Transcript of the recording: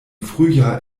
frühjahr